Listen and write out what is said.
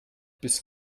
bis